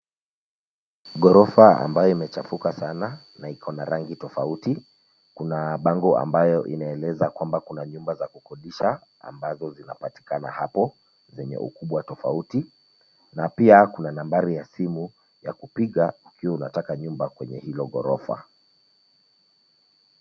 Ghorofa ambayo imechafuka sana, na ikona arangi tofauti. Kuna bango ambayo inaeleza kwamba kuna nyumba za kukodisha ambazo zinapatikana hapo, zenye ukubwa tofauti, na pia kuna nambari ya simu ya kupiga ukiwa unataka nyumba kwenye hilo ghorofa.